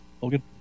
Logan